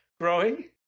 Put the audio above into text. growing